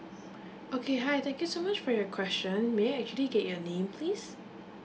okay hi thank you so much for your question may I actually get your name please